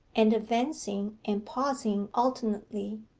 and advancing and pausing alternately,